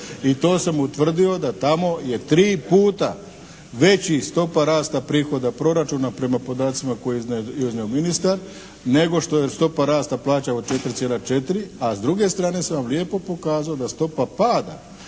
i to sam utvrdio da tamo je tri puta veća stopa rasta prihoda proračuna prema podacima koje je iznio ministar nego što je stopa rasta plaća od 4,4. A s druge strane sam vam lijepo pokazao da stopa pada